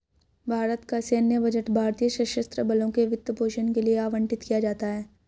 भारत का सैन्य बजट भारतीय सशस्त्र बलों के वित्त पोषण के लिए आवंटित किया जाता है